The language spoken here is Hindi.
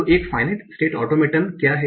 तो एक फाइनाइट स्टेट ऑटोमेटन क्या है